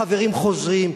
החברים חוזרים,